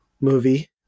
movie